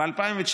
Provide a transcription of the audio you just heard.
ב-2019,